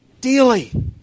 Daily